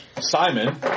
Simon